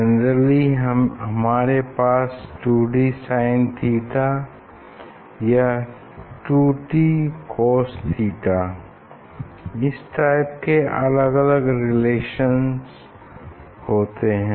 generally हमारे पास 2dsin theta या 2t cos थीटा इस टाइप के अलग अलग रिलेशन्स होते हैं